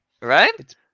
Right